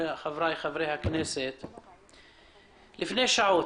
לפני שעות,